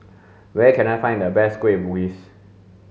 where can I find the best kueh bugis